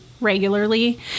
regularly